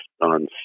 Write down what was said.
on